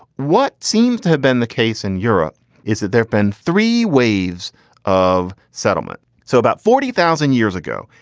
what seems to have been the case in europe is that there've been three waves of settlement. so about forty thousand years ago.